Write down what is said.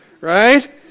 Right